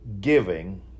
giving